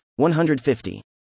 150